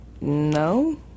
No